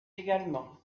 également